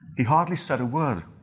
he hardly said a word.